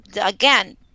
again